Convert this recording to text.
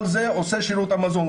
כל זה עושה שירות המזון,